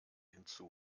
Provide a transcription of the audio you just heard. hinzu